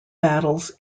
battles